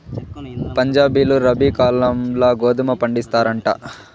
పంజాబీలు రబీ కాలంల గోధుమ పండిస్తారంట